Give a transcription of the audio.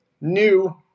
new